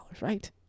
right